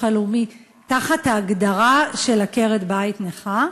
הלאומי תחת ההגדרה של עקרת-בית נכה,